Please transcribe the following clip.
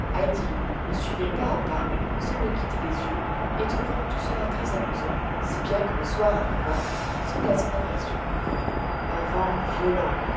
le suivait pas à pas sans le quitter des yeux et trouvant tout cela très amusant si bien que le soir arriva sans qu'elle s'en aperçût un vent violent